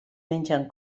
mengen